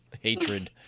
hatred